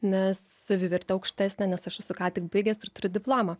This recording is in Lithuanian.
nes savivertė aukštesnė nes aš esu ką tik baigęs ir turiu diplomą